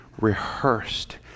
rehearsed